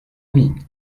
mis